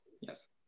Yes